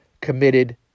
committed